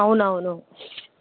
అవునవును